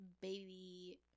baby